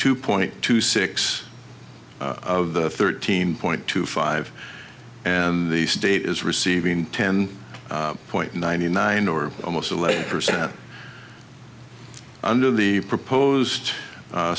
two point two six of the thirteen point two five and the state is receiving ten point ninety nine or almost eleven percent under the proposed